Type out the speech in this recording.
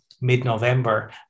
mid-November